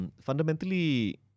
Fundamentally